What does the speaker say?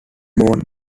born